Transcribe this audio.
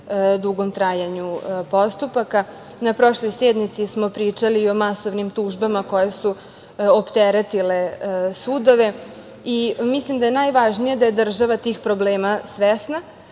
dugom trajanju postupaka. Na prošloj sednici smo pričali o masovnim tužbama koje su opteretile sudove. Mislim da je najvažnije da je država tih problema svesna